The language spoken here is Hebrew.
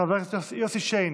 חבר הכנסת יוסי שיין,